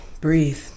breathe